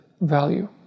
value